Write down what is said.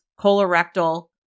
colorectal